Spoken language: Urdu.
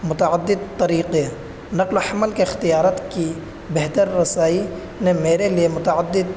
متعدد طریقے نقل و حمل کے اختیارت کی بہتر رسائی نے میرے لیے متعدد